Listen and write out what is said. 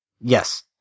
Yes